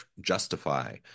justify